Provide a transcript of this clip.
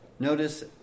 Notice